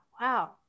wow